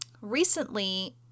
recently